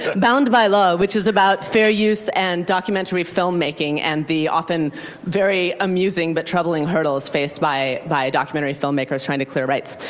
bound by love, which is about fair use and documentary film making and the often very amusing but troubling hurdles faced by by documentary filmmakers trying to clear rights.